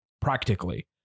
practically